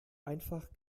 einfach